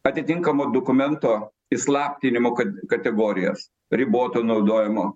atitinkamo dokumento įslaptinimo kat kategorijos riboto naudojimo